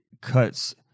cuts